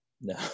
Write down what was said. No